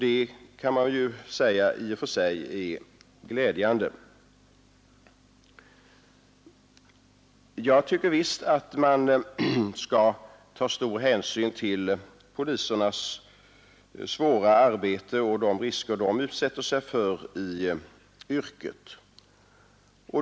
Det är ju i och för sig glädjande. Jag tycker visst att man skall ta stor hänsyn till polisernas svåra arbete och de risker de utsätter sig för i yrket.